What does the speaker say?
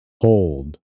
hold